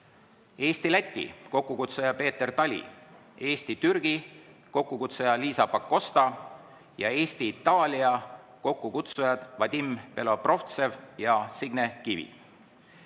Eesti-Läti, kokkukutsuja Peeter Tali; Eesti-Türgi, kokkukutsuja Liisa Pakosta; Eesti-Itaalia, kokkukutsujad Vadim Belobrovtsev, Signe Kivi.